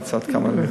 גם כמה מילים.